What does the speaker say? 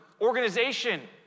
organization